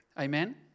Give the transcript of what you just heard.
Amen